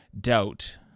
doubt